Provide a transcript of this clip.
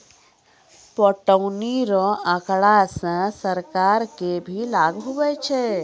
पटौनी रो आँकड़ा से सरकार के भी लाभ हुवै छै